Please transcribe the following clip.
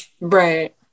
Right